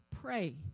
pray